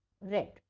red